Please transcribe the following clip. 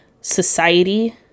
society